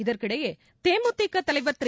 இதற்கிடையே தேமுதிக தலைவா் திரு